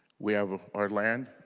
we have our land